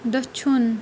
دٔچھُن